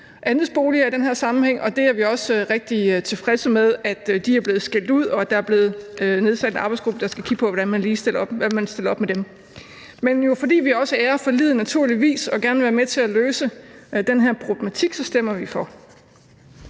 andelsboliger i den her sammenhæng. Vi er også rigtig tilfredse med, at de er blevet skilt ud, og at der er blevet nedsat en arbejdsgruppe, der skal kigge på, hvad man stiller op med dem. Men fordi vi jo naturligvis også ærer forliget og gerne vil være med til at løse den her problematik, så stemmer vi for.